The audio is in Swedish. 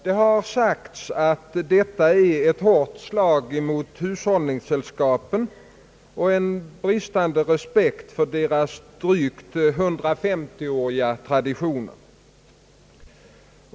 Det har sagts att detta är ett hårt slag mot hushållningssällskapen och visar en bristande respekt för deras drygt 150-åriga traditioner.